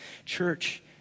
Church